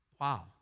Wow